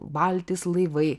valtys laivai